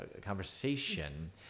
conversation